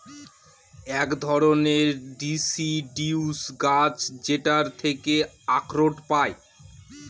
এক ধরনের ডিসিডিউস গাছ যেটার থেকে আখরোট পায়